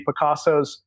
Picassos